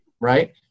right